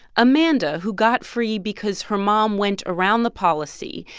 amanda who got free because her mom went around the policy,